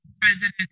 president